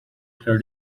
clear